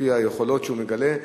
לפי היכולות שהוא מגלה,